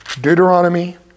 Deuteronomy